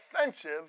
offensive